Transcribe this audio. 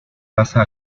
basa